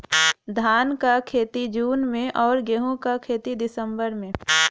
धान क खेती जून में अउर गेहूँ क दिसंबर में?